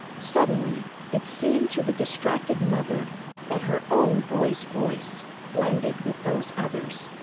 suddenly it seemed to the distracted mother that her own boy's voice blended with those others.